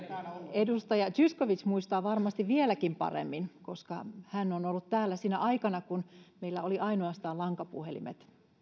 edustaja zyskowicz muistaa varmasti vieläkin paremmin koska hän on on ollut täällä sinä aikana kun meillä oli ainoastaan lankapuhelimet